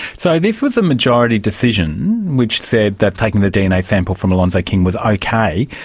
so this was a majority decision which said that taking the dna sample from alonzo king was okay.